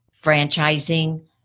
franchising